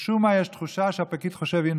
משום מה יש תחושה שהפקיד חושב: הינה,